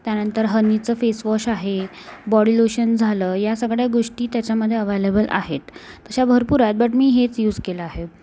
त्यानंतर हनीचं फेसवॉश आहे बॉडी लोशन झालं या सगळ्या गोष्टी त्याच्यामधे अव्हायलेबल आहेत तशा भरपूर आहेत बट मी हेच युज केलं आहे